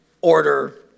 order